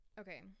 Okay